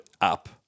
up